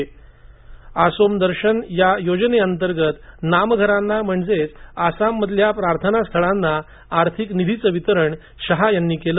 आसोम दर्शन या योजनेअंतर्गत नामघरांना म्हणजेच आसाममधल्या प्रार्थना स्थळांना आर्थिक निधीचं वितरण शहा यांनी केलं